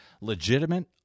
legitimate